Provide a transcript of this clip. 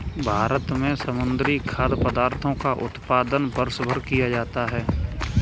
भारत में समुद्री खाद्य पदार्थों का उत्पादन वर्षभर किया जाता है